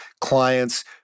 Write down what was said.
clients